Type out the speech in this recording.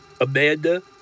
Amanda